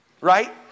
right